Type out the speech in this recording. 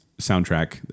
soundtrack